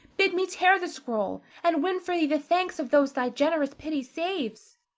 bid me tear the scroll, and win for thee the thanks of those thy generous pity saves.